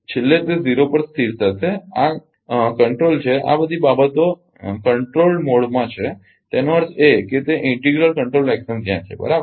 છેલ્લે તે 0 પર સ્થિર થશે આ નિયંત્રણકટ્રોલ છે આ બધી બાબતો નિયંત્રિત સ્થિતિ માં છે તેનો અર્થ એ કે તે ઇન્ટીગ્રલ કંટ્રોલ એક્શન ત્યાં છે બરાબર